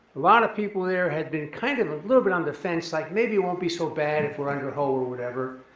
a lot of people there had been kind of a little bit on the fence, like maybe it won't be so bad if we're under ho or whatever.